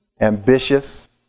ambitious